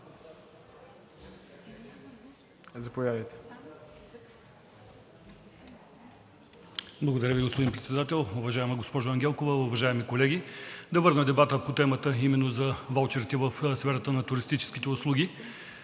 (ГЕРБ-СДС): Благодаря Ви, господин Председател. Уважаема госпожо Ангелкова, уважаеми колеги! Да върна дебата по темата – именно за ваучерите в сферата на туристическите услуги.